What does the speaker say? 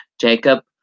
Jacob